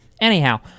Anyhow